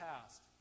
past